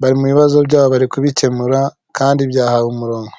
bari mu bibazo byabo bari kubikemura kandi byahawe umuronko.